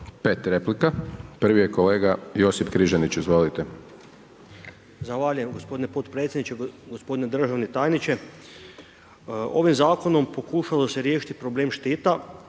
5 replika. Prvi je kolega Josip Križanić. Izvolite. **Križanić, Josip (HDZ)** Zahvaljujem gospodine potpredsjedniče, gospodine državni tajniče. Ovim zakonom pokušalo se riješiti problem štita